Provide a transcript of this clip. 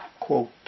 quote